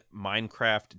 Minecraft